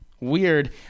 Weird